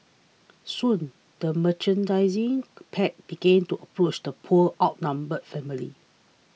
soon the pack began to approach the poor outnumbered family